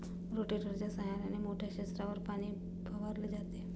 रोटेटरच्या सहाय्याने मोठ्या क्षेत्रावर पाणी फवारले जाते